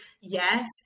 Yes